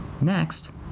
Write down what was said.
Next